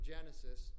Genesis